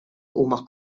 huma